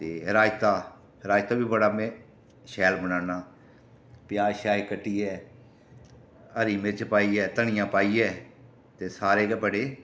ते रायता रायता बी बड़ा में शैल बनाना प्याज श्याज कट्टियै हरी मिर्च पाइयै धनिया पाइयै ते सारे गै बड़े